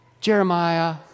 Jeremiah